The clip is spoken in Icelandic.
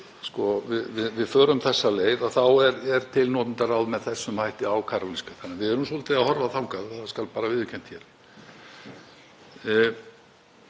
Við förum þessa leið og það er til notendaráð með þessum hætti á Karólínska sjúkrahúsinu. Við erum svolítið að horfa þangað, það skal bara viðurkennt